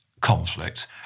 conflict